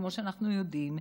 כמו שאנחנו יודעים,